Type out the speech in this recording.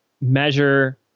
measure